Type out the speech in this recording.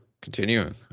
continuing